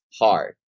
hard